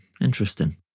interesting